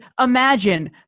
imagine